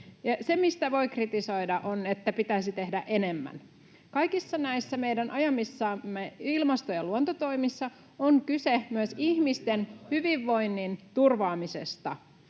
[Petri Huru: Enemmän mutta pidemmässä ajassa!] Kaikissa näissä meidän ajamissamme ilmasto- ja luontotoimissa on kyse myös ihmisten hyvinvoinnin turvaamisesta,